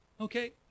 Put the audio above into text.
okay